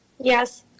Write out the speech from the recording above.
Yes